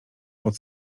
pod